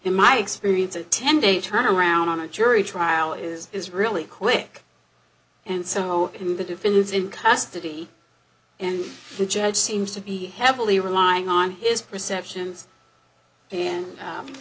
in my experience a ten day turnaround on a jury trial is really quick and somehow in the defense in custody and the judge seems to be heavily relying on his perceptions and